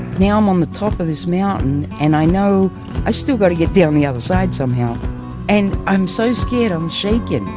now i'm on the top of this mountain and i know i still got to get down the other side somehow and i'm so scared, i'm shaking.